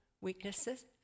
weaknesses